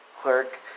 clerk